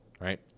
right